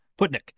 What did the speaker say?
Putnik